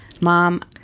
Mom